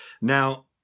Now